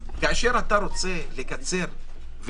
כשאתה רוצה לקצר,